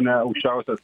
ne aukščiausias